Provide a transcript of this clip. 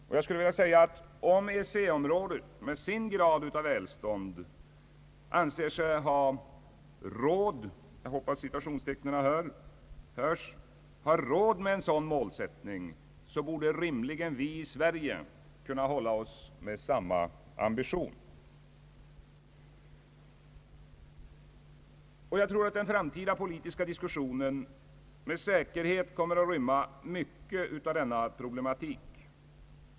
Om EEC-området med sin grad av välstånd anser sig ha »råd» med en sådan målsättning borde rimligen vi i Sverige kunna hålla oss med samma ambition. Den framtida politiska diskussionen kommer med säkerhet att rymma mycket av denna problematik.